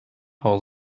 hause